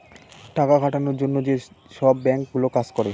টাকা খাটানোর জন্য যেসব বাঙ্ক গুলো কাজ করে